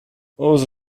عذر